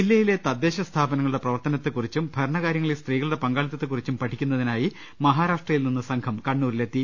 ജില്ലയിലെ തദ്ദേശ സ്ഥാപനങ്ങളുടെ പ്രവർത്തനത്തെക്കുറിച്ചും ഭരണകാര്യങ്ങളിൽ സ്ത്രീകളുടെ പങ്കാളിത്തത്തെക്കുറിച്ചും പഠിക്കു ന്നതിനായി മഹാരാഷ്ട്രയിൽ നിന്ന് സംഘം കണ്ണൂരിലെത്തി